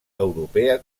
europea